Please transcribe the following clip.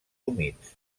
humits